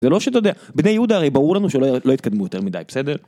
זה לא שאתה יודע, בני יהודה הרי ברור לנו שלא יתקדמו יותר מדי בסדר.